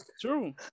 True